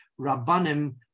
Rabbanim